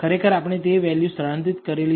ખરેખર આપણે તે વેલ્યુ સ્થળાંતરિત કરેલી છે